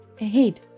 ahead